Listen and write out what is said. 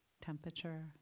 temperature